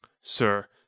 sir